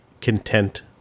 content